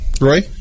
Roy